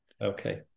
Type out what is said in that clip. Okay